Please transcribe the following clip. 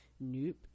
nope